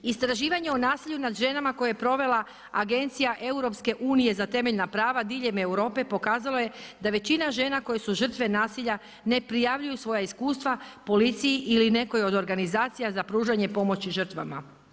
Istraživanje o nasilju nad ženama koje je provela Agencija Europske unije za temeljna prava diljem Europe pokazala je da većina žena koje su žrtve nasilja ne prijavljuju svoja iskustva policiji ili nekoj od organizacija za pružanje pomoći žrtvama.